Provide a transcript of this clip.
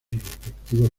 respectivos